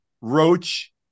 Roach